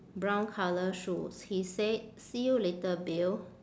brown colour shoes he said see you later bill